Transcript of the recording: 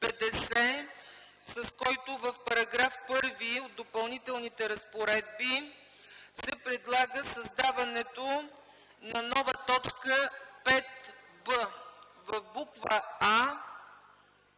с който в § 1 от Допълнителните разпоредби се предлага създаването на нова точка 5б в буква